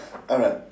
alright